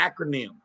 acronym